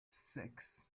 six